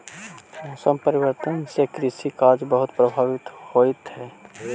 मौसम परिवर्तन से कृषि कार्य बहुत प्रभावित होइत हई